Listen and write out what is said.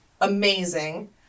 amazing